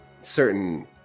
certain